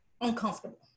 uncomfortable